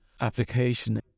application